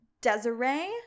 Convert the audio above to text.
Desiree